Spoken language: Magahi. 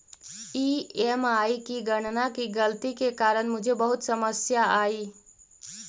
ई.एम.आई की गणना की गलती के कारण मुझे बहुत समस्या आई